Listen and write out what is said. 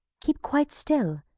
keep quite still,